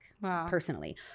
personally